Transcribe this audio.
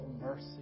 mercy